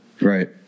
right